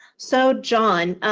so john,